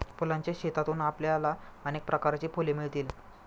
फुलांच्या शेतातून आपल्याला अनेक प्रकारची फुले मिळतील